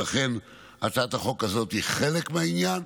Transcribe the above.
ולכן הצעת החוק הזאת היא חלק מהעניין,